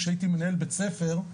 כשהייתי מנהל בית ספר,